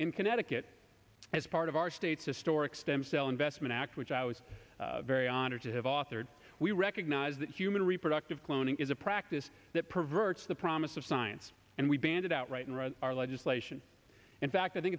in connecticut as part of our state's historic stem cell investment act which i was very honored to have authored we recognize that human reproductive cloning is a practice that perverts the promise of science and we banned it outright in our legislation in fact i think